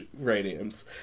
Radiance